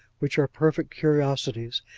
which are perfect curiosities,